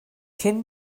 cyn